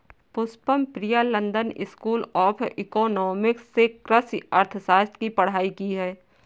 Pushpam Priya London School of Economics से कृषि अर्थशास्त्र की पढ़ाई की है